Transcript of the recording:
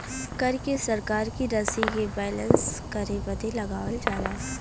कर के सरकार की रशी के बैलेन्स करे बदे लगावल जाला